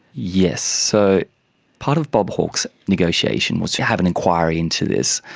yes, so part of bob hawke's negotiation was to have an inquiry into this.